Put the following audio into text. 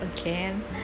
again